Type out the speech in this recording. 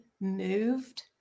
moved